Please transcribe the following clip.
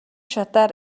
шатаар